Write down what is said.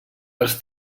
els